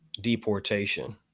deportation